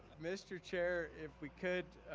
mr. chair, if we could,